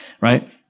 right